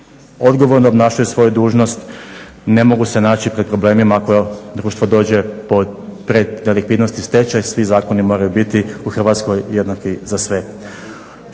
odgovorno obnašaju svoju dužnost ne mogu se naći pred problemima ako društvo dođe pred nelikvidnost i stečaj, svi zakoni moraju biti u Hrvatskoj jednaki za sve.